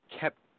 kept